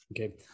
Okay